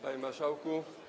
Panie Marszałku!